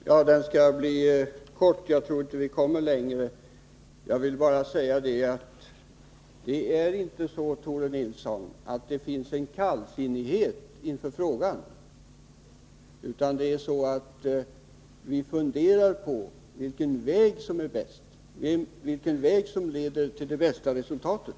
Herr talman! Min replik skall bli kort — jag tror inte att vi kommer längre. Det är inte så, Tore Nilsson, att det finns en kallsinnighet inför frågan, utan det är så att vi funderar över vilken väg som leder till det bästa resultatet.